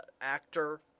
actor